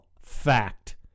fact